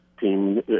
team